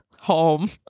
home